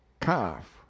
calf